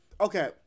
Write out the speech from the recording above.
okay